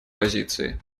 позиции